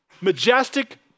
Majestic